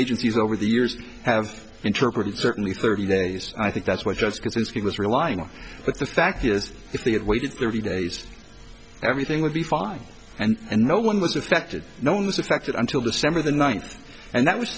agencies over the years have interpreted certainly thirty days i think that's what just because he was relying on but the fact is if they had waited thirty days everything would be fine and no one was affected no one suspected until december the ninth and that was